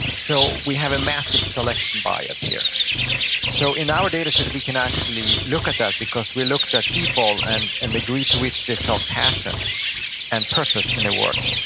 so we have a massive selection bias here so in our data set we can actually look at that, because we looked at people and and the degree to which they felt passion and purpose in their work.